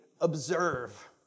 observe